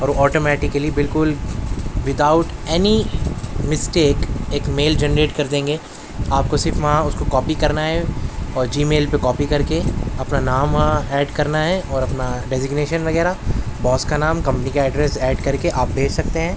اور آٹومیٹیکلی بالکل without any mistake ایک میل جنریٹ کر دیں گے آپ کو صرف وہاں اس کو کاپی کرنا ہے اور جی میل پہ کاپی کر کے اپنا نام وہاں ایڈ کرنا ہے اور اپنا ڈیــزیگنیشـــن وغیرہ باس کا نام کمپنی کا ایڈریس ایڈ کر کے آپ بھیج سکتے ہیں